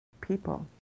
people